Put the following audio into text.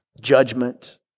judgment